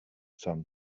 sun